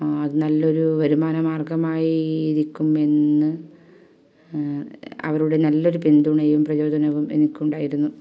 അതൊരു നല്ലൊരു വരുമാന മാർഗ്ഗമായിരിക്കുമെന്ന് അവരുടെ നല്ലൊരു പിന്തുണയും പ്രചോദനവും എനിക്കുണ്ടായിരുന്നു